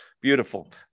Beautiful